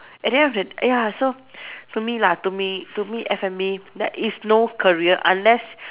at the end of the ya so to me lah to me to me F&B there is no career unless